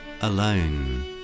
alone